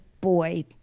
boy